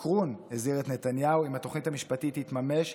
מקרון הזהיר את נתניהו: אם התוכנית המשפטית תתממש,